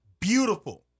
beautiful